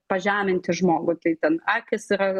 pažeminti žmogų tai ten akys yra